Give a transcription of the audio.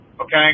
okay